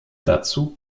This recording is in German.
dazu